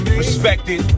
respected